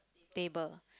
table